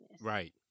Right